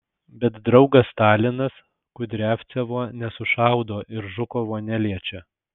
bet draugas stalinas kudriavcevo nesušaudo ir žukovo neliečia